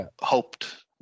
hoped